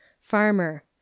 farmer